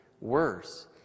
worse